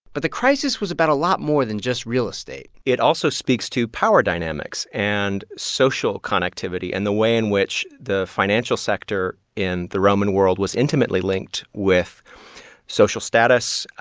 but the crisis was about a lot more than just real estate it also speaks to power dynamics and social connectivity and the way in which the financial sector in the roman world was intimately linked with social status,